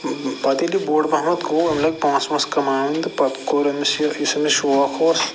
پَتہٕ ییٚلہِ یہِ بوٚڈ پَہمَتھ گوٚو أمۍ لٲگۍ پونٛسہٕ وونٛسہٕ کماوٕنۍ تہٕ پَتہٕ کوٚر أمِس یہِ یُس أمِس شوق اوس